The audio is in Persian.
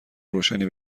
روشنی